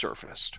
surfaced